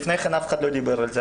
לפני כן, אף אחד לא דיבר על זה.